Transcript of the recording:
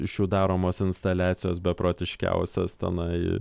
iš jų daromos instaliacijos beprotiškiausios tenai